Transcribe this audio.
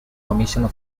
commissioner